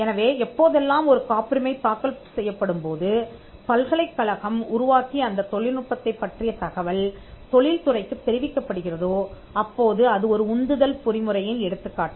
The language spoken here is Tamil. எனவே எப்போதெல்லாம் ஒரு காப்புரிமை தாக்கல் செய்யப்படும் போது பல்கலைக்கழகம் உருவாக்கிய அந்தத் தொழில்நுட்பத்தை பற்றிய தகவல் தொழில் துறைக்குத் தெரிவிக்கப்படுகிறதோ அப்போது அது ஒரு உந்துதல் பொறிமுறையின் எடுத்துக்காட்டு